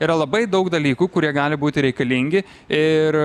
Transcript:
yra labai daug dalykų kurie gali būti reikalingi ir